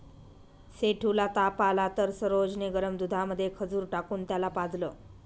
सेठू ला ताप आला तर सरोज ने गरम दुधामध्ये खजूर टाकून त्याला पाजलं